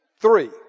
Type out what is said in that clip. three